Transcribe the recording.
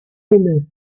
himmel